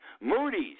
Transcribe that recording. Moody's